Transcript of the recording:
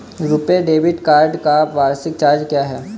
RuPay debit card का वार्षिक charge क्या है?